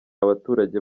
abaturage